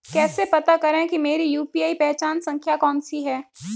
कैसे पता करें कि मेरी यू.पी.आई पहचान संख्या कौनसी है?